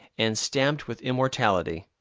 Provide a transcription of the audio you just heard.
and stamped with immortality.